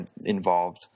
involved